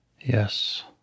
Yes